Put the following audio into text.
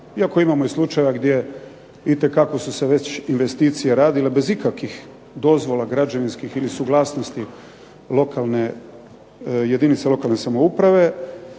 Iako imamo i slučajeva gdje itekako su se već investicije radile bez ikakih dozvola građevinskih ili suglasnosti lokalne, jedinice lokalne samouprave